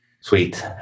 Sweet